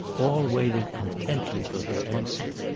all waited intently for her answer.